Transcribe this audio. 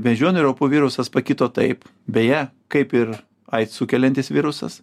beždžionių raupų virusas pakito taip beje kaip ir aids sukeliantis virusas